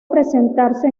presentarse